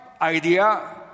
idea